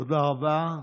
תודה רבה.